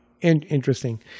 interesting